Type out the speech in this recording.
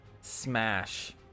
smash